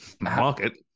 Market